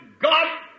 God